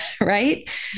Right